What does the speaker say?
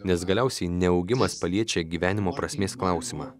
nes galiausiai neaugimas paliečia gyvenimo prasmės klausimą